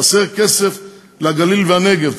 חסר כסף לגליל והנגב,